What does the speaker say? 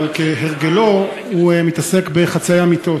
אבל כהרגלו הוא מתעסק בחצאי אמיתות.